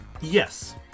Yes